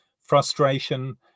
frustration